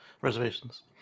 reservations